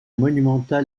monumental